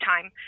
time